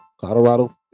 Colorado